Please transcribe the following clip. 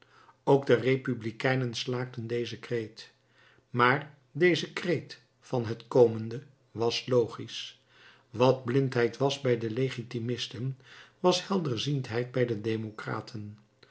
ook de republikeinen slaakten dezen kreet maar deze kreet van hen komende was logisch wat blindheid was bij de legitimisten was helderziendheid bij de democraten